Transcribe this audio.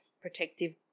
protective